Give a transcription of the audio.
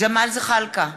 ג'מאל זחאלקה,